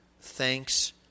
thanks